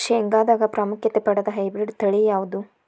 ಶೇಂಗಾದಾಗ ಪ್ರಾಮುಖ್ಯತೆ ಪಡೆದ ಹೈಬ್ರಿಡ್ ತಳಿ ಯಾವುದು?